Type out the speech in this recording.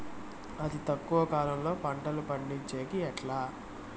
అతి తక్కువ కాలంలో పంటలు పండించేకి ఎట్లా?